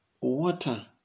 water